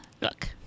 look